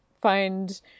find